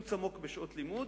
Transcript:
קיצוץ עמוק בשעות לימוד